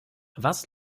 was